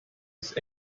ist